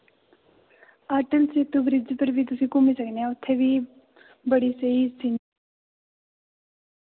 Atal Setu bridge पर बी तुसी घुम्मी सकने आं उत्थै बी बड़ी स्हेई सिनरी